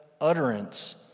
utterance